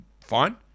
fine